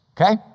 okay